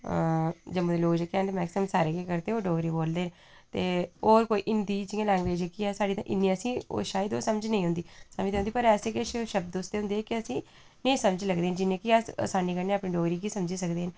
अऽ जम्मू दे लोक जेह्के हैन मैक्सीमम सारे केह् करदे डोगरी बोलदे ते होर कोई हिंदी जि'यां लैंग्वेज जेह्की ऐ साढ़ी ते इन्नी असेंगी ओह् शायद समझ नेई औंदी समझ ते औंदी पर ऐसे किश शब्द उसदे हुंदे के असेंगी नेई समझ लगदे जिन्ने कि अस्स असानी कन्ने अपनी डोगरी गी समझी सकदे न